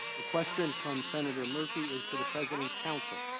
the question from senator murphy is to the president's council